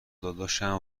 داداشم